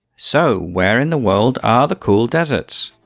so, where in the world are the cool deserts?